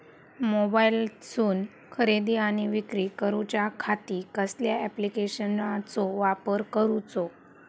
मोबाईलातसून खरेदी आणि विक्री करूच्या खाती कसल्या ॲप्लिकेशनाचो वापर करूचो?